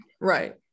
right